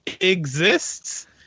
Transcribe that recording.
exists